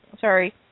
Sorry